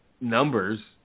numbers